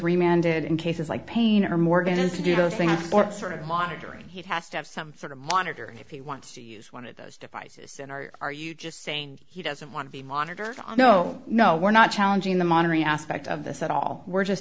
reminded in cases like painter morgan is to do those things sort of monitoring he has to have some sort of monitoring if you want to use one of those devices in our are you just saying he doesn't want to be monitored on oh no we're not challenging the monitoring aspect of this at all we're just